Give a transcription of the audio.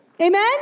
Amen